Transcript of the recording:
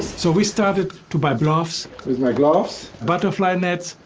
so we started to buy gloves. here's my gloves. butterfly nets.